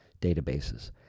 databases